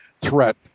threat